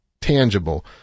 tangible